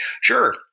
Sure